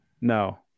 No